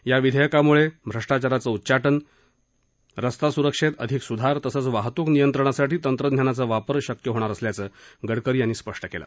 या विधेयकामुळे भ्रष्टाचाराचं उच्चाटन रस्ता सुरक्षेत अधिक सुधार तसंच वाहतुक नियंत्रणासाठी तंत्रज्ञानाचा वापर शक्य होणार असल्याचं गडकरी यांनी सांगितलं